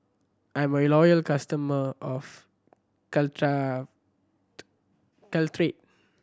I'm a loyal customer of Caltrate